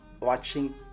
watching